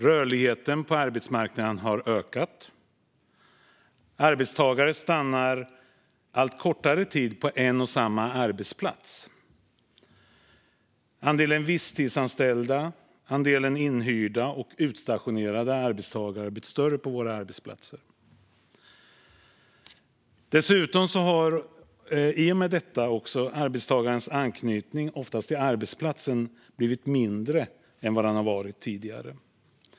Rörligheten på arbetsmarknaden har ökat, arbetstagare stannar allt kortare tid på en och samma arbetsplats och andelen visstidsanställda, inhyrda och utstationerade arbetstagare har blivit större. I och med detta har också arbetstagares anknytning till arbetsplatsen blivit mindre än tidigare.